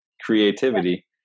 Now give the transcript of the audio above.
creativity